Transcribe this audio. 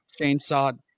Chainsaw